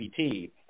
GPT